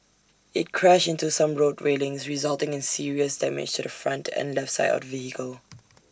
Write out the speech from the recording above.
IT crashed into some road railings resulting in serious damage to the front and left side of the vehicle